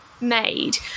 made